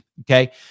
okay